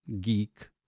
geek